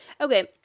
Okay